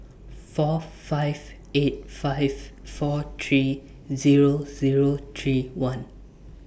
four five eight five four three Zero Zero three one